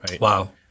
Wow